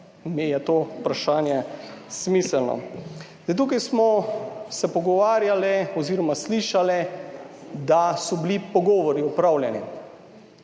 je to vprašanje smiselno. Zdaj, tukaj smo se pogovarjali oziroma slišali, da so bili pogovori opravljeni.